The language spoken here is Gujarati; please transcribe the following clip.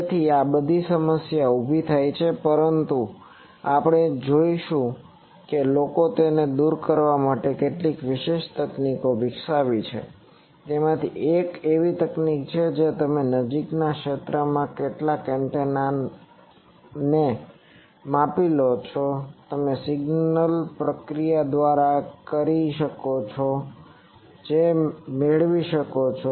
તેથી આ બધી સમસ્યાઓ ઊભી થાય છે પરંતુ આપણે જોશું કે લોકોએ તેને દૂર કરવા માટે કેટલીક વિશેષ તકનીકો વિકસાવી છે તેમાંથી એક એવી તકનીક છે જે તમે નજીકના ક્ષેત્રમાં કેટલાક એન્ટેનાને માપી લો છો તમે સિગ્નલ પ્રક્રિયા દ્વારા કરી શકો છો જે તમે મેળવી શકો છો